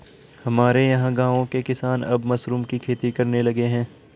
हमारे यहां गांवों के किसान अब मशरूम की खेती करने लगे हैं